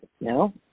no